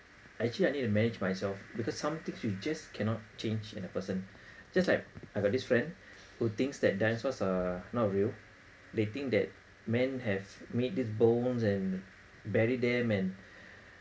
actually I need to manage myself because somethings you just cannot change in a person just like I got this friend who thinks that dinosaurs are not real they think that men have made these bones and bury them and